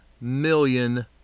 million